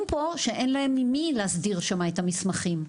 פה שאין להם ממי להסדיר שמה את המסמכים.